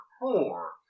four